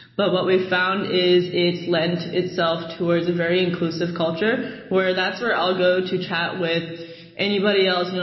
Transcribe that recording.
but what we found is it's lent itself towards a very inclusive culture where that's where i'll go to chat with anybody else. you know